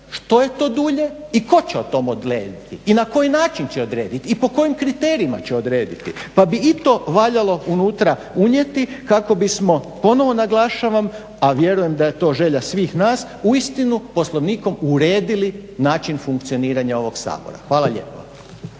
što je to dulje i tko će to odrediti i na koji način će odrediti i po kojim kriterijima će odrediti, pa bi i to valjalo unutra unijeti kako bismo ponovno naglašavam, a vjerujem da je to želja svih nas uistinu Poslovnikom uredili način funkcioniranja ovog Sabora. Hvala lijepo.